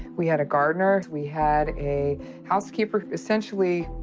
we had a gardener. we had a housekeeper. essentially,